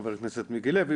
חבר הכנסת מיקי לוי,